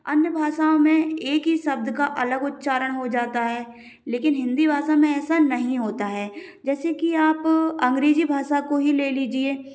अन्य भाषाओं में एक ही शब्द का अलग उच्चारण हो जाता है लेकिन हिंदी भाषा में ऐसा नहीं होता है जैसे कि आप अंग्रेजी भाषा को ही ले लीजिए